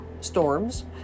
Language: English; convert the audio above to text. storms